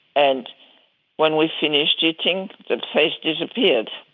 and when we finished eating the face disappeared.